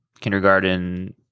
kindergarten